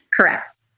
Correct